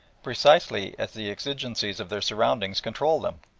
precisely as the exigencies of their surroundings control them.